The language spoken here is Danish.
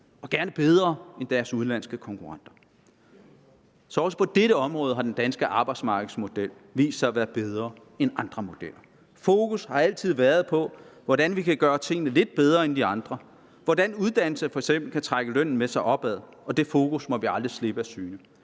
og gerne bedre end deres udenlandske konkurrenter. Så også på dette område har den danske arbejdsmarkedsmodel vist sig at være bedre end andre modeller. Fokus har altid været på, hvordan vi kan gøre tingene lidt bedre end de andre, hvordan f.eks. uddannelse kan trække lønnen med op. Det fokus må vi aldrig slippe af syne,